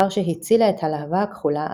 לאחר שהצילה את הלהבה הכחולה,